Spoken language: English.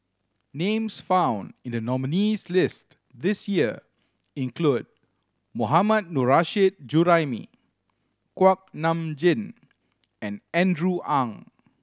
names found in the nominees' list this year include Mohammad Nurrasyid Juraimi Kuak Nam Jin and Andrew Ang